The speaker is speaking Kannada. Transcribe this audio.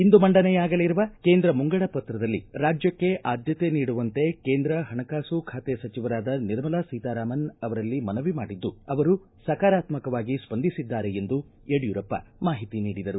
ಇಂದು ಮಂಡನೆಯಾಗಲಿರುವ ಕೇಂದ್ರ ಮುಂಗಡ ಪತ್ರದಲ್ಲಿ ರಾಜ್ಯಕ್ಷೆ ಆದ್ಯತೆ ನೀಡುವಂತೆ ಕೇಂದ್ರ ಪಣಕಾಸು ಖಾತೆ ಸಚಿವರಾದ ನಿರ್ಮಲಾ ಸೀತಾರಾಮನ್ ಅವರಲ್ಲಿ ಮನವಿ ಮಾಡಿದ್ದು ಅವರು ಸಕಾರಾತ್ಮಕವಾಗಿ ಸ್ಪಂದಿಸಿದ್ದಾರೆ ಎಂದು ಯಡಿಯೂರಪ್ಪ ಮಾಹಿತಿ ನೀಡಿದರು